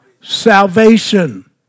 Salvation